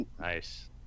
nice